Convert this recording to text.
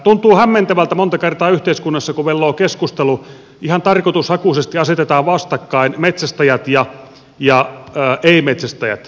tuntuu hämmentävältä monta kertaa kun yhteiskunnassa velloo keskustelu ihan tarkoitushakuisesti asetetaan vastakkain metsästäjät ja ei metsästäjät